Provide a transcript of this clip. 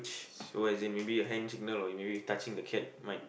so as in maybe your hand signal or maybe you touching a cat might